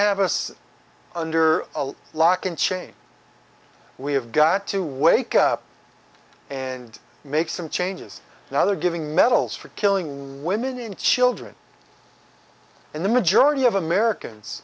have us under lock and chain we've got to wake up and make some changes now they're giving medals for killing women and children in the majority of americans